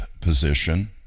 position